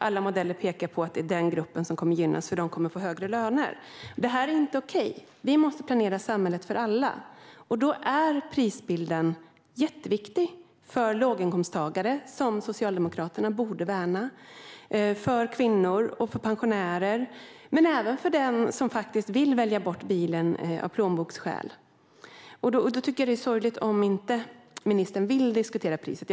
Alla modeller pekar på att denna grupp kommer att gynnas, för de kommer att få högre löner. Detta är inte okej. Vi måste planera samhället för alla, och prisbilden är jätteviktig för låginkomsttagare, som Socialdemokraterna borde värna, för kvinnor och för pensionärer men även för den som vill välja bort bilen av plånboksskäl. Därför är det sorgligt om ministern inte vill diskutera priset.